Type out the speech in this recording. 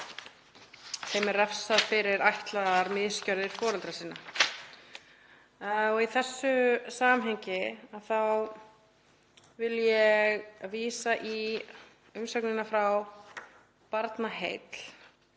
þeim verður refsað fyrir ætlaðar misgjörðir foreldra sinna. Í þessu samhengi vil ég vísa í umsögnina frá Barnaheillum